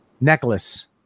Necklace